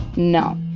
no.